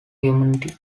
humanity